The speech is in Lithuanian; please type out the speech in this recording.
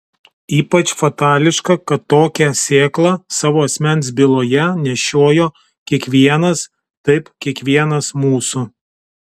ypač fatališka kad tokią sėklą savo asmens byloje nešiojo kiekvienas taip kiekvienas mūsų